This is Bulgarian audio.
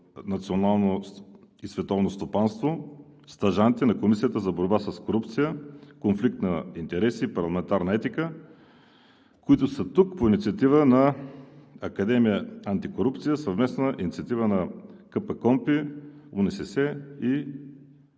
национално и световно стопанство – стажанти на Комисията за борба с корупция, конфликт на интереси и парламентарна етика, които са тук по инициатива на „Академия Антикорупция“ – съвместна инициатива на КПКОНПИ, УНСС и